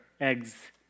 eggs